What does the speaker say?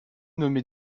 nommé